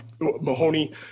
Mahoney